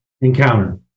encounter